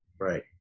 Right